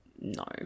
no